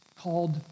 called